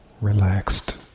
relaxed